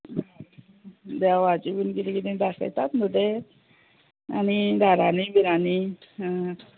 देवाचें बीन किदें किदें दाखयतात नु ते आनी धारांनी बिरांनी